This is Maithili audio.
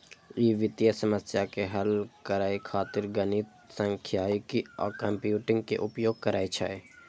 ई वित्तीय समस्या के हल करै खातिर गणित, सांख्यिकी आ कंप्यूटिंग के उपयोग करै छै